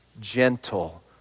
Gentle